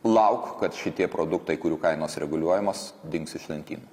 lauk kad šitie produktai kurių kainos reguliuojamos dings iš lentynų